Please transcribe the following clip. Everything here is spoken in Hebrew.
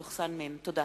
תודה.